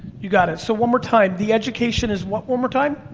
you got it, so, one more time, the education is what, one more time?